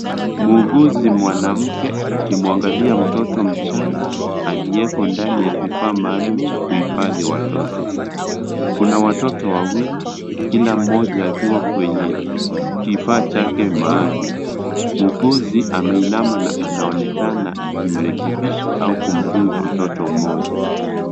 Mwuguzi mwanamke akimwangalia mtoto mchanga aliyoko ndani ya kifaa maalum cha kuhifadhi watoto. Kuna watoto wawili, kila mmoja akiwa kwenye kifaa chake maalum. Mwuguzi ameinama na anaonekana akimrekebisha au kumtunza mtoto mmoja.